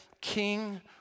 king